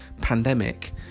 pandemic